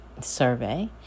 survey